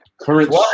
current